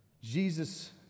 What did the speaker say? Jesus